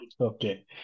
Okay